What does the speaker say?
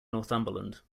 northumberland